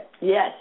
Yes